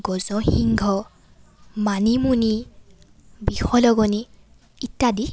গজসিংহ মানিমুনি বিষলগনি ইত্যাদি